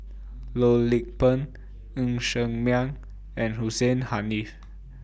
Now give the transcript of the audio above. Loh Lik Peng Ng Ser Miang and Hussein Haniff